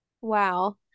wow